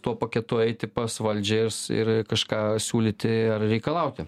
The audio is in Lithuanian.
tuo paketu eiti pas valdžią ir ir kažką siūlyti ar reikalauti